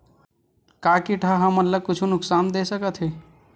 का कीट ह हमन ला कुछु नुकसान दे सकत हे?